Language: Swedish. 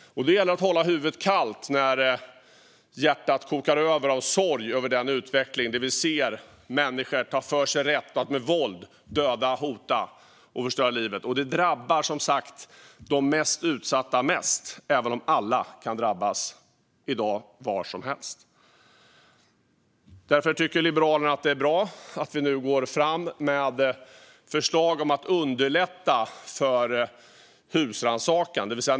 Det gäller att hålla huvudet kallt när hjärtat kokar över av sorg över utvecklingen, när vi ser människor ta sig rätt att med våld döda, hota och förstöra liv. Det drabbar som sagt de mest utsatta mest, även om det i dag kan drabba alla var som helst. Därför tycker Liberalerna att det är bra att vi nu går fram med förslag om att underlätta husrannsakan.